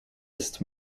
ist